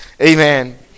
Amen